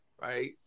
right